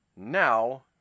Now